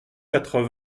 quatre